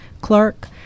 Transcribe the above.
clerk